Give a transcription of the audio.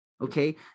okay